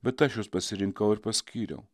bet aš jus pasirinkau ir paskyriau